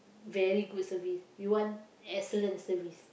very good service we want excellent service